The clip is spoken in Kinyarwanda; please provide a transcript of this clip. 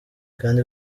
kandi